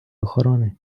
охорони